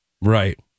Right